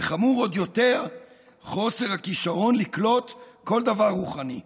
וחמור עוד יותר חוסר הכישרון לקלוט כל דבר רוחני,